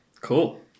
Cool